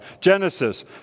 Genesis